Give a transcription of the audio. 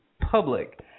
public